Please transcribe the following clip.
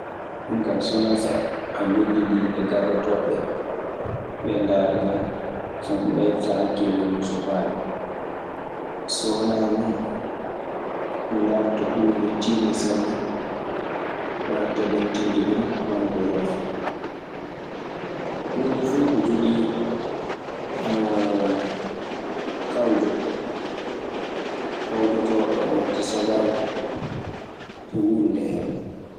Ɗun kaa so wanaa so a gollidii e garotooɓe ɓee. Ɓee ndaarataa so mbaylitaa hakkille mun so paabe. So wanaa non, ɗun laatoto huunde tiiɗnde sanne, faa tabintinde ɗun walaa ko yaafi. Huunde fuu ko jogii kawjo. Kawjotooɗo oo watta sabaabu so huunde ndee heɓee.